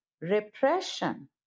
repression